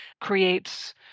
creates